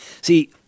See